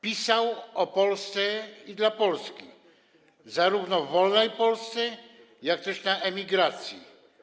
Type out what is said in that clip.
Pisał o Polsce i dla Polski, zarówno w wolnej Polsce, jak i na emigracji.